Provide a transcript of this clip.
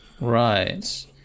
right